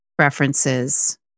references